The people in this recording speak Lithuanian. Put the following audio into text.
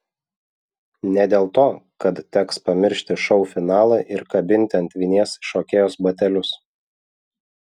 ne dėl to kad teks pamiršti šou finalą ir kabinti ant vinies šokėjos batelius